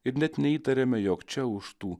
ir net neįtariame jog čia už tų